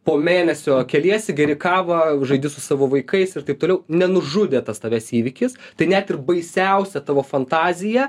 po mėnesio keliesi geri kavą žaidi su savo vaikais ir taip toliau nenužudė tas tavęs įvykis tai net ir baisiausią tavo fantaziją